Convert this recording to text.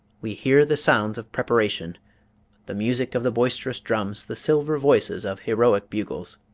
we hear the sounds of preparation the music of the boisterous drums, the silver voices of heroic bugles.